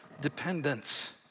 dependence